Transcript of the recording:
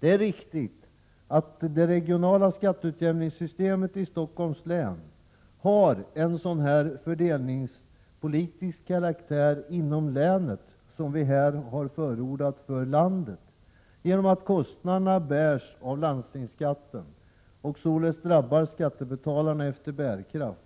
Det är riktigt att det regionala skatteutjämningssystemet i Stockholms län har en sådan fördelningspolitisk karaktär inom länet som vi här har förordat för landet, genom att kostnaderna bärs av landstingsskatten och således drabbar skattebetalarna efter bärkraft.